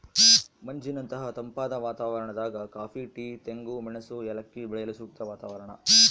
ಮಂಜಿನಂತಹ ತಂಪಾದ ವಾತಾವರಣದಾಗ ಕಾಫಿ ಟೀ ತೆಂಗು ಮೆಣಸು ಏಲಕ್ಕಿ ಬೆಳೆಯಲು ಸೂಕ್ತ ವಾತಾವರಣ